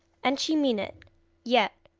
and she mean it yet,